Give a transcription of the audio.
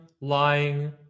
lying